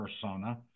persona